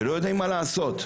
ולא יודעים מה לעשות.